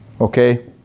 Okay